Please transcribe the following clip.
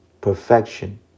perfection